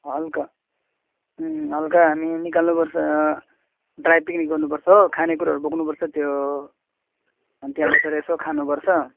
हल्का हल्का हामी निकाल्नुपर्छ ड्राई पिक्निक गर्नुपर्छ हो खानेकुराहरू बोक्नुपर्छ त्यो अनि त्यहाँ बसेर यसो खानुपर्छ